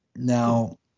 Now